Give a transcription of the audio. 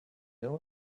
know